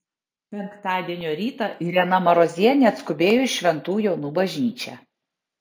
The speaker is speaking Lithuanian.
penktadienio rytą irena marozienė atskubėjo į šventų jonų bažnyčią